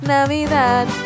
Navidad